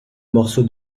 morceau